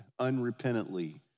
unrepentantly